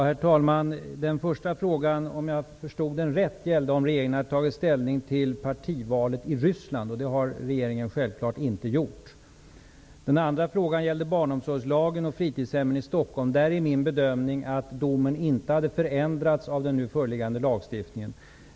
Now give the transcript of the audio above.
Herr talman! Den första frågan avsåg, om jag förstod den rätt, huruvida regeringen har tagit ställning till partivalet i Ryssland, och det har regeringen självfallet inte gjort. Den andra frågan gällde barnomsorgslagen och fritidshem i Stockholm. Min bedömning är att domen inte hade förändrats av den nu föreslagna lagstiftningen.